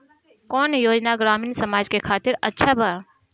कौन योजना ग्रामीण समाज के खातिर अच्छा बा?